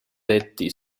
detti